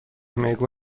میگو